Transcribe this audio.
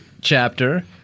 chapter